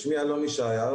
שמי אלון ישעיהו,